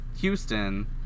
Houston